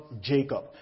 Jacob